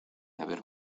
haber